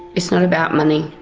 it's not about money,